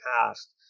past